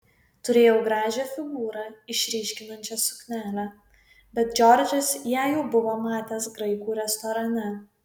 turėjau gražią figūrą išryškinančią suknelę bet džordžas ją jau buvo matęs graikų restorane